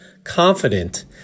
confident